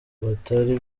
batari